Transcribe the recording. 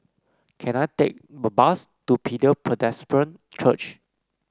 can I take a bus to Bethel Presbyterian Church